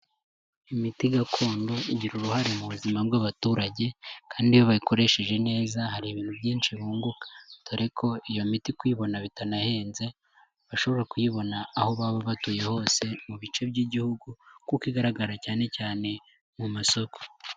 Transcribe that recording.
Imiti gakondo igira uruhare mu buzima bw'abaturage, kandi iyo bayikoresheje neza hari ibintu byinshi bunguka, dore ko iyo miti kuyibona bitanahenze, bashobora kuyibona aho baba batuye hose mu bice by'igihugu, kuko igaragara cyane cyane mu masoko.